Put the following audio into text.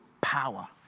power